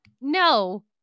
no